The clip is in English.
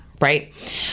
right